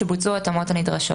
שבוצעו ההתאמות הנדרשות.